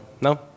No